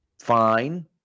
fine